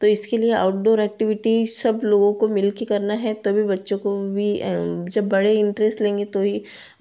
तो इसके लिए आउटडोर एक्टिविटी सब लोगों को मिलकर करना है तभी बच्चों को भी जब बड़े इंटरेस्ट लेंगे तो ही